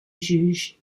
juge